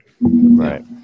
Right